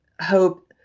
hope